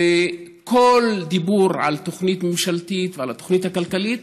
וכל דיבור על תוכנית ממשלתית ועל התוכנית הכלכלית